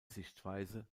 sichtweise